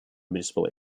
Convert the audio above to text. municipal